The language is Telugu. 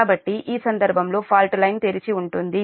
కాబట్టి ఈ సందర్భంలో ఫాల్ట్ లైన్ తెరిచి ఉంటుంది